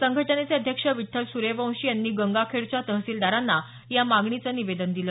संघटनेचे अध्यक्ष विठ्ठल सुर्यवंशी यांनी गंगाखेडच्या तहसीलदारांना या मागणीचं निवेदन दिलं